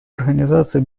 организацию